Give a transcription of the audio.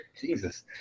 Jesus